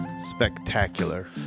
Spectacular